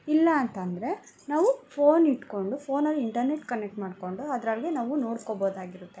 ಇಲ್ಲ ಅಂತಂದರೆ ನಾವು ಫೋನ್ ಇಟ್ಕೊಂಡು ಫೋನಲ್ಲಿ ಇಂಟರ್ನೆಟ್ ಕನೆಕ್ಟ್ ಮಾಡಿಕೊಂಡು ಅದರೊಳ್ಗೆ ನಾವು ನೋಡ್ಕೊಳ್ಬಹುದಾಗಿರುತ್ತೆ